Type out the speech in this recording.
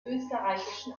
österreichischen